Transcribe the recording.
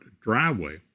driveway